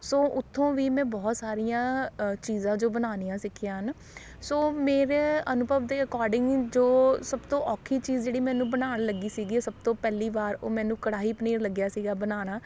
ਸੋ ਉੱਥੋਂ ਵੀ ਮੈਂ ਬਹੁਤ ਸਾਰੀਆਂ ਚੀਜ਼ਾਂ ਜੋ ਬਣਾਉਣੀਆਂ ਸਿੱਖੀਆਂ ਹਨ ਸੋ ਮੇਰੇ ਅਨੁਭਵ ਦੇ ਅਕੋਡਿੰਗ ਜੋ ਸਭ ਤੋਂ ਔਖੀ ਚੀਜ਼ ਜਿਹੜੀ ਮੈਨੂੰ ਬਣਾਉਣ ਲੱਗੀ ਸੀਗੀ ਸਭ ਤੋਂ ਪਹਿਲੀ ਵਾਰ ਉਹ ਮੈਨੂੰ ਕੜਾਹੀ ਪਨੀਰ ਲੱਗਿਆ ਸੀਗਾ ਬਣਾਉਣਾ